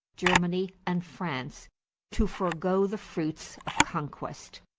germany, and france to forego the fruits of conquest.